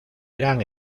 eran